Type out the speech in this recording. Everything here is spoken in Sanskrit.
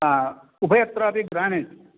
अ उभयत्रापि ग्रानैट्